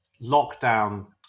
lockdown